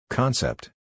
Concept